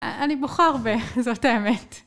אני בוחר בזאת האמת.